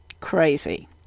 Crazy